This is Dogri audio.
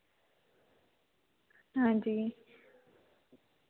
आं जी